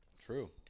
True